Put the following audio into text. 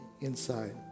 inside